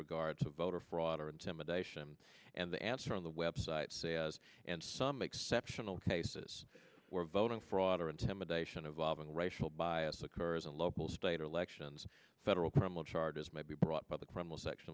regard to voter fraud or intimidation and the answer on the web site says and some exceptional cases where voting fraud or intimidation of love and racial bias there is a local state or elections federal criminal charges may be brought by the criminal section